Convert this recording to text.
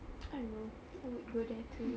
I don't know I would go there too